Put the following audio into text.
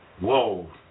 Whoa